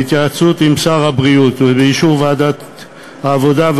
בהתייעצות עם שר הבריאות ובאישור ועדת העבודה,